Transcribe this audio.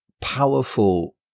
powerful